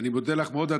אני מודה לך מאוד.